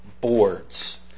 boards